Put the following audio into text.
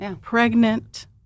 pregnant